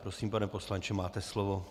Prosím, pane poslanče, máte slovo.